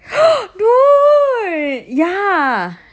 dude ya